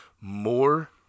more